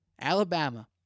Alabama